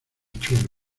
chulo